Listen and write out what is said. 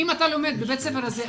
אם אתה לומד בבית הספר הזה,